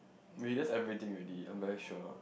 wait that's everything already I'm very sure